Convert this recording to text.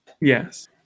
Yes